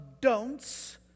don'ts